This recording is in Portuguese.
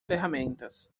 ferramentas